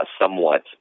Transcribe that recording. somewhat